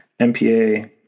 MPA